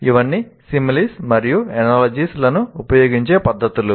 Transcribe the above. ఇవన్నీ లను ఉపయోగించే పద్ధతులు